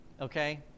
Okay